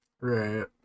Right